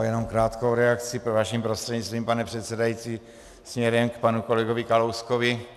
Jenom krátkou reakci vaším prostřednictvím, pane předsedající, směrem k panu kolegovi Kalouskovi.